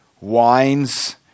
wines